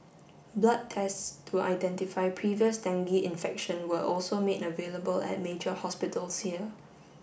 blood tests to identify previous dengue infection were also made available at major hospitals here